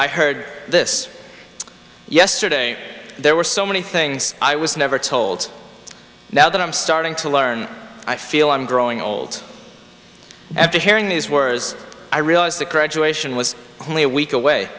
i heard this yesterday there were so many things i was never told now that i'm starting to learn i feel i'm growing old after hearing these words i realized that graduation was only a week away